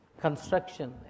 construction